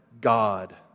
God